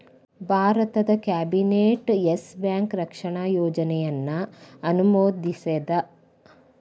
ಭಾರತದ್ cabinet Yes Bank ರಕ್ಷಣಾ ಯೋಜನೆಯನ್ನ ಅನುಮೋದಿಸೇದ್